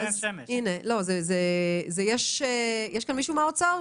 יש כאן מישהו מהאוצר?